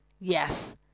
Yes